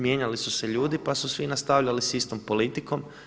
Mijenjali su se ljudi pa su svi nastavljali sa istom politikom.